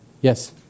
Yes